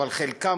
אבל חלקם,